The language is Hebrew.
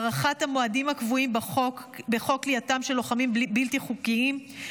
הארכת המועדים הקבועים בחוק כליאתם של לוחמים בלתי חוקיים,